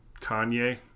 Kanye